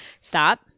stop